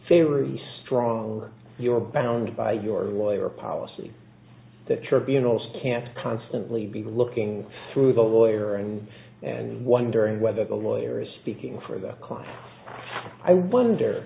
very strong or you are bound by your lawyer policy that tribunal can't constantly be looking through the lawyer and and wondering whether the lawyer is speaking for the client i wonder